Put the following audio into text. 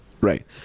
Right